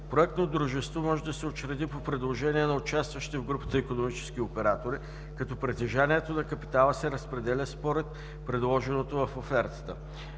Проектно дружество може да се учреди по предложение на участващи в група икономически оператори, като притежанието на капитала се разпределя според предложеното в офертата.